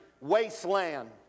wasteland